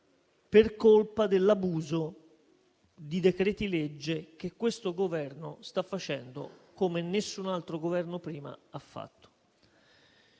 per colpa dell'abuso di decreti-legge che questo Governo sta facendo come nessun altro Governo prima ha fatto.